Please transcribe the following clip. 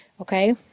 Okay